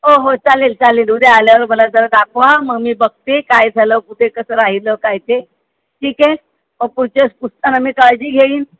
हो हो चालेल चालेल उद्या आल्यावर मला जरा दाखवा मग मी बघते काय झालं कुठे कसं राहिलं काय ते ठीक आहे मग पुढच्या वेळेस पुसताना मी काळजी घेईन